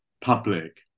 public